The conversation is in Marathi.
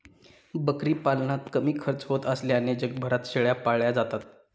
बकरी पालनात कमी खर्च होत असल्याने जगभरात शेळ्या पाळल्या जातात